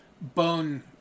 bone